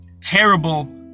terrible